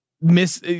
miss